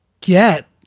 get